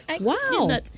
Wow